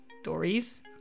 stories